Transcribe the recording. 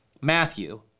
Matthew